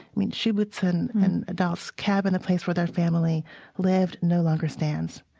i mean, shoe boots and and doll's cabin, a place where their family lived, no longer stands.